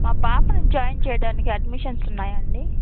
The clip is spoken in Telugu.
మా పాపని జాయిన్ చెయ్యడానికి అడ్మిషన్స్ ఉన్నాయా అండి